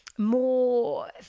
more